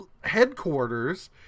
headquarters